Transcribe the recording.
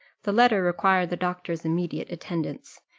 the letter required the doctor's immediate attendance.